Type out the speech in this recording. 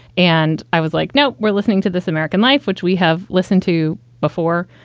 and i was like, nope, we're listening to this american life, which we have listened to before.